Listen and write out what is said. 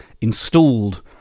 installed